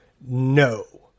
No